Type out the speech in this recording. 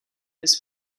his